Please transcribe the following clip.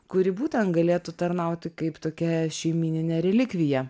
kuri būtent galėtų tarnauti kaip tokia šeimyninė relikvija